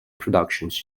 productions